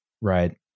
Right